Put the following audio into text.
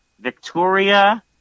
Victoria